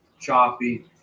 choppy